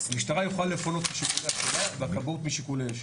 המשטרה יכולה לפנות משיקוליה שלה והכבאות משיקולי אש.